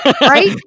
right